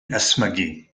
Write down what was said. ysmygu